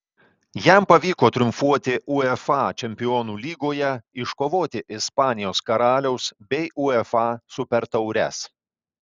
jam pavyko triumfuoti uefa čempionų lygoje iškovoti ispanijos karaliaus bei uefa supertaures